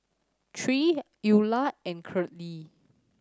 Tre Eula and Curley